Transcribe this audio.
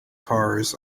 cars